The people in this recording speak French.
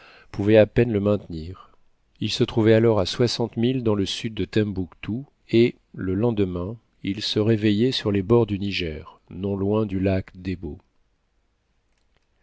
pouvait à peine le maintenir il se trouvait alors à soixante milles dans le sud de tembouctou et le lendemain il se réveillait sur les bords du niger non loin du lac debo